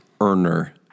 earner